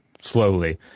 slowly